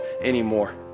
anymore